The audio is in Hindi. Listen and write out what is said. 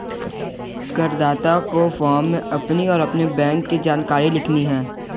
करदाता को फॉर्म में अपनी और अपने बैंक की जानकारी लिखनी है